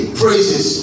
praises